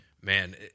Man